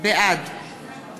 בעד